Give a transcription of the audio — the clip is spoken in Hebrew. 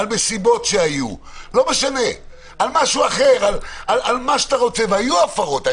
על מסיבות שהיו, על מה שאתה רוצה, והיו הפרות.